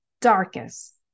darkest